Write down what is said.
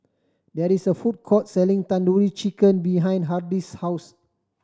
there is a food court selling Tandoori Chicken behind Hardie's house